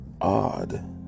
odd